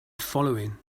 following